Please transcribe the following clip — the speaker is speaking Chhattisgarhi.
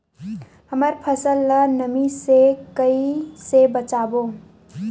हमर फसल ल नमी से क ई से बचाबो?